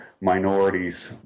minorities